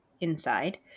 inside